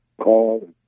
call